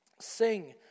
Sing